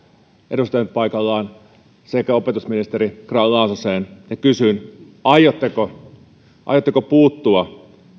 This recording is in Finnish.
edustajanpaikallaan sekä opetusministeri grahn laasoseen ja kysyn aiotteko aiotteko puuttua